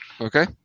Okay